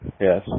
Yes